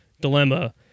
dilemma